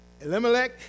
Elimelech